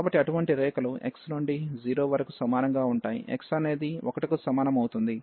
కాబట్టి అటువంటి రేఖలు x నుండి 0 వరకు సమానంగా ఉంటాయి x అనేది 1 కు సమానం అవుతుంది